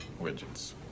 Widgets